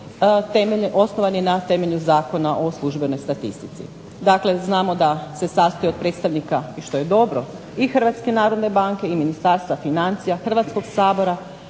osnovan je na temelju Zakona o službenoj statistici. Dakle, znamo da se sastoji od predstavnika i što je dobro i Hrvatske narodne banke i Ministarstva financija, Hrvatskog sabora,